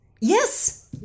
Yes